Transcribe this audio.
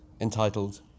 entitled